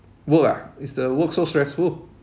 work ah is the work so stressful